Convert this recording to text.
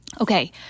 Okay